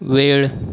वेळ